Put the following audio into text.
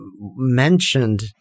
mentioned